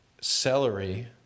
celery